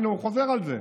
הינה, הוא חוזר על זה.